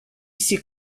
c’est